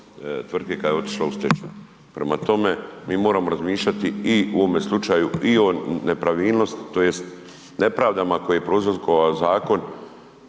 tvrtke kad je otišla u stečaj. Prema tome, mi moramo razmišljati i u ovome slučaju i o nepravilnosti tj. nepravdama koje je prouzrokovao Zakon